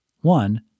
One